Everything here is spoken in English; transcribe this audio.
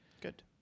Good